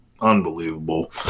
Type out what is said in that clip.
unbelievable